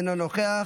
אינו נוכח.